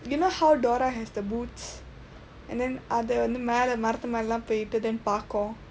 you know how dora has the boots and then அது வந்து மேல மரத்து மேல எல்லாம் போயிட்டு:athu vandthu meela maraththu mela ellaam pooyitdu then பார்க்கும்:paarkkum